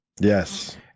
yes